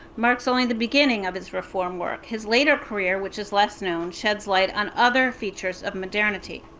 marks only the beginning of his reform work. his later career, which is less known, sheds light on other features of modernity.